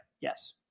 yes